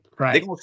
Right